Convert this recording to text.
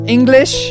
English